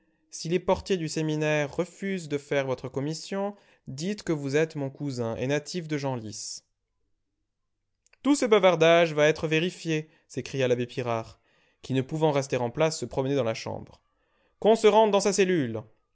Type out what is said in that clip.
si les portiers du séminaire refusent de faire votre commission dites que vous êtes mon cousin et natif de genlis tout ce bavardage va être vérifié s'écria l'abbé pirard qui ne pouvant rester en place se promenait dans la chambre qu'on se rende dans sa cellule